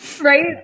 Right